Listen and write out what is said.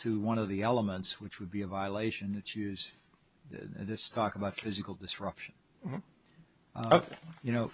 to one of the elements which would be a violation it use this talk about physical disruption you know